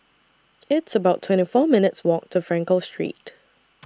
It's about twenty four minutes' Walk to Frankel Street